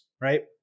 right